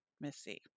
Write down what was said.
Missy